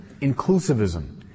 inclusivism